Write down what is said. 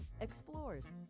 explores